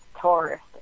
tourist